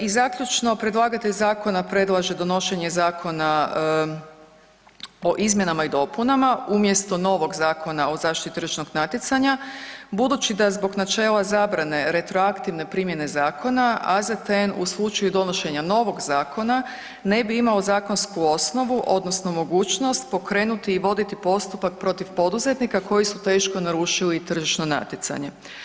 I zaključno, predlagatelj zakona predlaže donošenje zakona o izmjenama i dopuna umjesto novog Zakona o zaštiti tržišnog natjecanja budući da zbog načela zabrane retroaktivne primjene zakona, AZTN u slučaju donošenja novog zakona ne bi imao zakonsku osnovu odnosno mogućnost pokrenuti i voditi postupak protiv poduzetnika koji su teško narušili tržišno natjecanje.